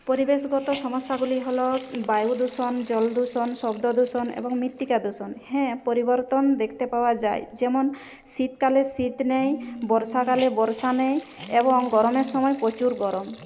পরিবেশগত সমস্যাগুলি হল বায়ুদূষণ জলদূষণ শব্দদূষণ এবং মৃত্তিকা দূষণ হ্যাঁ পরিবর্তন দেখতে পাওয়া যায় যেমন শীতকালে শীত নেই বর্ষাকালে বর্ষা নেই এবং গরমের সময় প্রচুর গরম